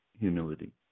humility